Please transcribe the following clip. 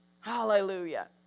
Hallelujah